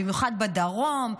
במיוחד בדרום,